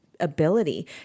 ability